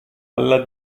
alla